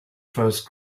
first